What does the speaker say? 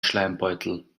schleimbeutel